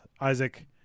Isaac